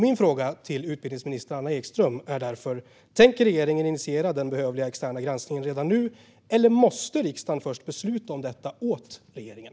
Min fråga till utbildningsminister Anna Ekström är därför: Tänker regeringen initiera den behövliga externa granskningen redan nu, eller måste riksdagen först besluta om detta åt regeringen?